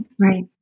Right